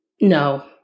No